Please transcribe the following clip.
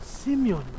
Simeon